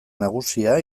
nagusia